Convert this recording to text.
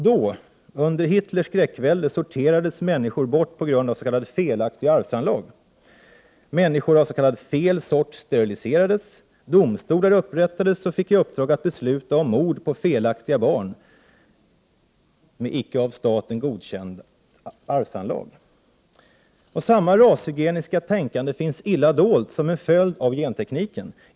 Då, under Hitlers skräckvälde, sorterades människor bort på grund av s.k. felaktiga arvsanlag. Människor av s.k. fel sort steriliserades, och domstolar upprättades med uppdrag att besluta om mord på s.k. felaktiga barn med icke av staten godkända arvsanlag. Samma rashygieniska tänkande finns illa dolt som en följd av gentekniken.